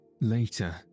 Later